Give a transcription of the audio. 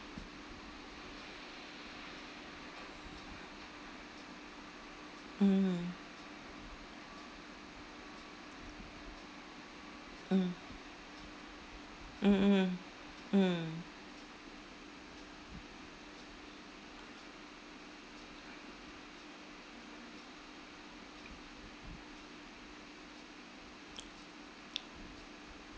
mm mm mm mm mm